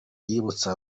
yibutsa